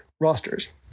rosters